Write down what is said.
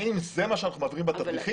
האם זה מה שאנחנו מעבירים בתדריכים?